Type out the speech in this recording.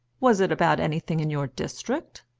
was it about anything in your district?